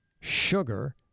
sugar